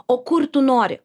o kur tu nori